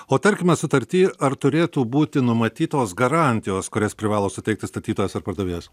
o tarkime sutarty ar turėtų būti numatytos garantijos kurias privalo suteikti statytojas ar pardavėjas